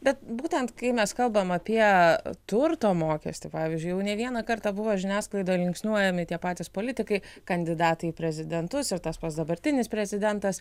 bet būtent kai mes kalbam apie turto mokestį pavyzdžiui jau ne vieną kartą buvo žiniasklaidoj linksniuojami tie patys politikai kandidatai į prezidentus ir tas pats dabartinis prezidentas